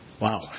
Wow